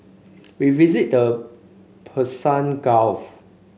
we visited the Persian Gulf